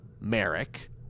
merrick